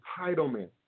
entitlement